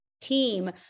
team